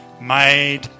made